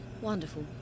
Wonderful